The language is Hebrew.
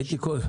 הייתי אומר לך,